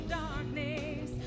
darkness